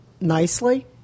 nicely